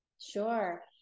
Sure